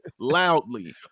loudly